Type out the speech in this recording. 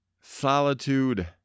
solitude